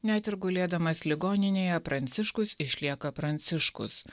net ir gulėdamas ligoninėje pranciškus išlieka pranciškus